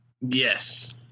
yes